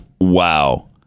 Wow